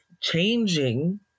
changing